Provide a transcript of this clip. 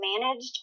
managed